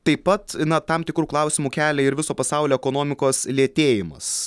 taip pat na tam tikrų klausimų kelia ir viso pasaulio ekonomikos lėtėjimas